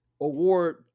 award